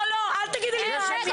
לא, אל תגידי לי מה אני.